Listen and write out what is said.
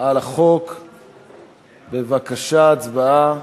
בבקשה, הצבעה.